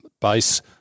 base